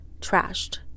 trashed